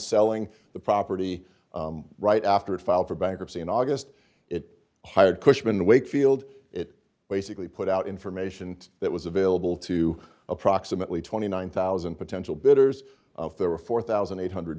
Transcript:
selling the property right after it filed for bankruptcy in august it hired cushman wakefield it basically put out information that was available to approximately twenty nine thousand potential bidders there were four thousand eight hundred